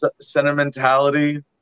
sentimentality